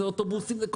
אלה אוטובוסים.